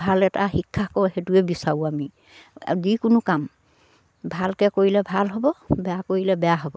ভাল এটা শিক্ষাক সেইটোৱে বিচাৰোঁ আমি যিকোনো কাম ভালকে কৰিলে ভাল হ'ব বেয়া কৰিলে বেয়া হ'ব